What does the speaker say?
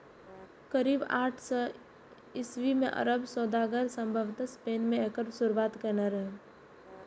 करीब आठ सय ईस्वी मे अरब सौदागर संभवतः स्पेन मे एकर शुरुआत केने रहै